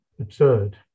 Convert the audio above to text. absurd